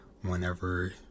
whenever